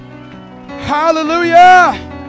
Hallelujah